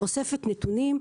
שאוספת נתונים,